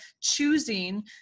choosing